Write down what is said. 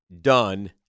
done